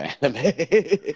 anime